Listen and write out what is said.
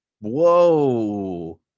Whoa